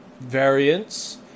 variants